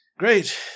Great